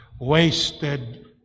wasted